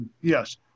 Yes